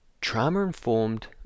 trauma-informed